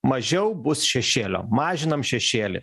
mažiau bus šešėlio mažiname šešėlį